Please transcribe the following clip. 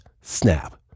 snap